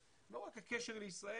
לא רק הקשר לישראל,